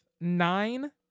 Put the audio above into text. nine